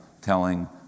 telling